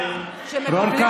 חבל.